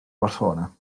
barcelona